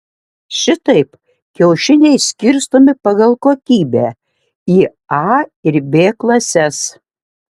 šitaip kiaušiniai skirstomi pagal kokybę į a ir b klases